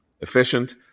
efficient